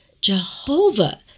Jehovah